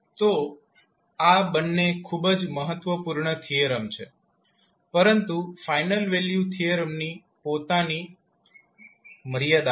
તો આ બંને ખૂબ જ મહત્વપૂર્ણ થીયરમ છે પરંતુ ફાઇનલ વેલ્યુ થીયરમની પોતાની મર્યાદાઓ છે